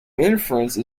inference